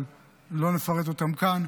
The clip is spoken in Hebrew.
אבל לא נפרט אותן כאן.